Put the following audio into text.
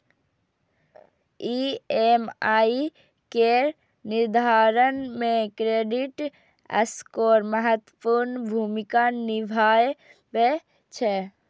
EMI केर निर्धारण मे क्रेडिट स्कोर महत्वपूर्ण भूमिका निभाबै छै